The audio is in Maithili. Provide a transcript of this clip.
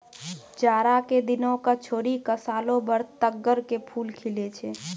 जाड़ा के दिनों क छोड़ी क सालों भर तग्गड़ के फूल खिलै छै